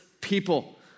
people